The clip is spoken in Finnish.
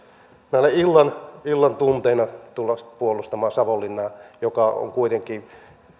näillä illan tunteina tulla puolustamaan savonlinnaa joka on kuitenkin